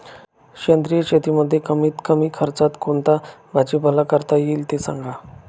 सेंद्रिय शेतीमध्ये कमीत कमी खर्चात कोणता भाजीपाला करता येईल ते सांगा